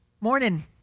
Morning